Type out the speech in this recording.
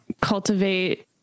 cultivate